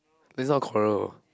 that's not quarrel